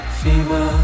fever